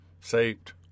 saved